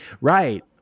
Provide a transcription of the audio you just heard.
Right